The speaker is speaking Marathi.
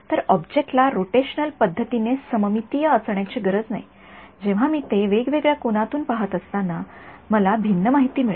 तर ऑब्जेक्टला रोटेशनल पद्धतीने सममितीय असण्याची गरज नाही जेव्हा मी ते वेगवेगळ्या कोनातून पाहत असताना मला भिन्न माहिती मिळेल